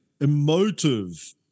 Emotive